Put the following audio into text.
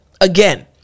Again